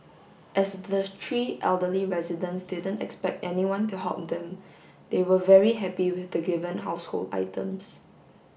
as the three elderly residents didn't expect anyone to help them they were very happy with the given household items